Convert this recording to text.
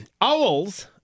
Owls